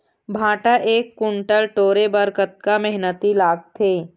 भांटा एक कुन्टल टोरे बर कतका मेहनती लागथे?